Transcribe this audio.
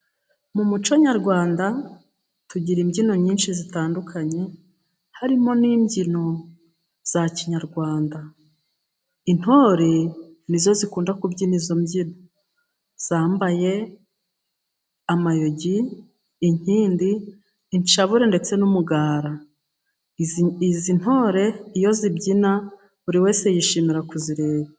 Mu muco nyarwanda tugira imbyino nyinshi zitandukanye harimo n'imbyino za kinyarwanda; intore ni zo zikunda kubyina izo mbyino, zambaye amayogi, inkindi, inshabure ndetse n'umugara. Izi ntore iyo zibyina, buri wese yishimira kuzireba.